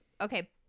Okay